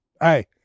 hey